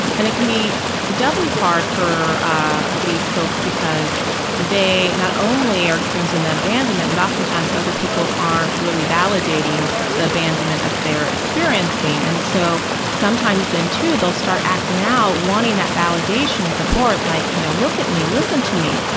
and it can be doubly hard for ah ah these folks because they not only are experiencing that abandonment, but oftentimes other people aren't really validating the abandonment that they're experiencing, and so sometimes then too they'll start acting out wanting that validation and support like, you know look at me, listen to me,